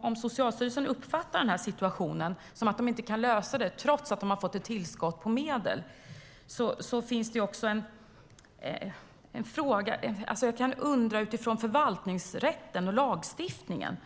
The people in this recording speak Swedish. Om Socialstyrelsen uppfattar situationen som att de inte kan lösa detta trots att de har fått ett tillskott på medel kan jag utifrån förvaltningsrätten och lagstiftningen